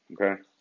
Okay